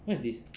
what is this